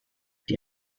die